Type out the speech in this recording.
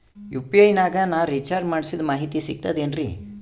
UPI ನಾಗ ನಾ recharge ಮಾಡಿಸಿದ ಮಾಹಿತಿ ಸಿಕ್ತದೆ ಏನ್ರಿ?